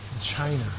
China